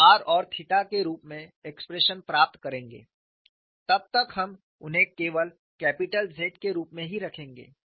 हम r और थीटा के रूप में एक्सप्रेशन प्राप्त करेंगे तब तक हम उन्हें केवल कैपिटल Z के रूप में ही रखेंगे